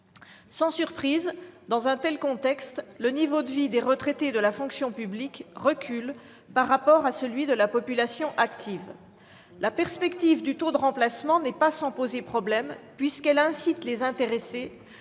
Sans surprise, dans un tel contexte, le niveau de vie des retraités de la fonction publique recule par rapport à celui de la population active. La perspective du taux de remplacement n'est pas sans poser problème, puisqu'elle incite les intéressés